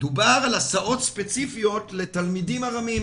דובר על הסעות ספציפיות לתלמידים ארמים,